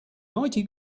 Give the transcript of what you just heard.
mighty